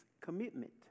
commitment